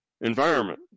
environment